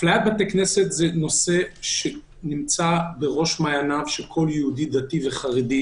אפליית בתי כנסת היא נושא שנמצא בראש מעייניו של כל יהודי דתי וחרדי,